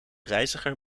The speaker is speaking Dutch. reiziger